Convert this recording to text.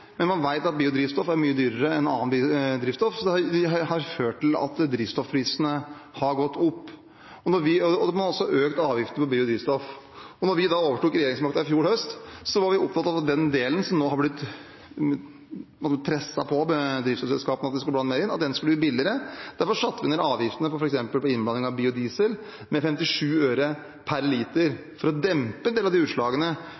men man vet at biodrivstoff er mye dyrere enn annet drivstoff, så det har ført til at drivstoffprisene har gått opp. Man har også økt avgiftene på biodrivstoff. Da vi overtok regjeringsmakten i fjor høst, var vi opptatt av den delen der det har blitt presset på fra drivstoffselskapene om at man skulle blande mer inn, at den skulle bli billigere. Derfor satte vi ned avgiftene på f.eks. innblanding av biodiesel med 57 øre per liter, for å dempe en del av utslagene